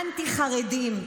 אנטי-חרדים.